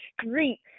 street